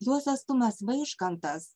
juozas tumas vaižgantas